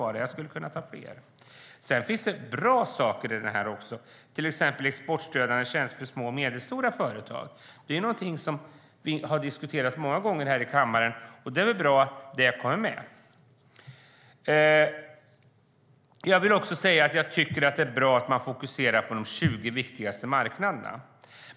Jag skulle kunna ta fler. Det finns bra saker också, till exempel exportstödjande tjänster för små och medelstora företag. Det är någonting som vi har diskuterat många gånger här i kammaren. Det är bra att det kommer med. Jag vill vidare säga att det är bra att man fokuserar på de 20 viktigaste marknaderna.